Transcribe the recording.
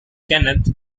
kenneth